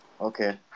Okay